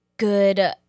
good